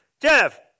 Jeff